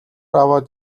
аваад